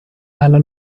alla